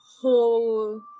whole